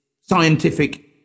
scientific